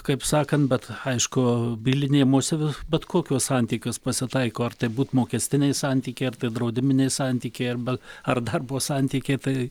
kaip sakant bet aišku bylinėjimosi bet kokiuos santykiuos pasitaiko ar tai būt mokestiniai santykiai ar tai draudiminiai santykiai arba ar darbo santykiai tai